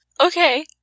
Okay